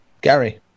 Gary